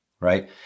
right